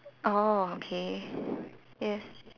orh okay yes